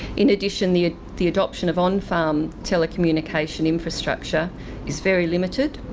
in addition, the ah the adoption of on farm telecommunication infrastructure is very limited